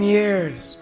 years